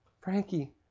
Frankie